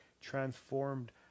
transformed